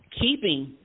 keeping